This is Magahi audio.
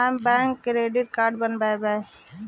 हम बैक क्रेडिट कार्ड बनैवो?